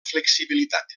flexibilitat